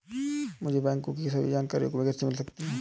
मुझे बैंकों की सभी जानकारियाँ कैसे मिल सकती हैं?